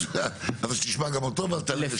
אז תשמע גם אותו ואז תענה.